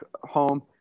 home